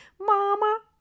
Mama